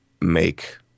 make